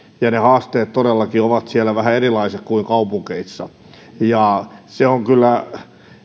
ja ne haasteet todellakin ovat siellä vähän erilaiset kuin kaupungeissa se on kyllä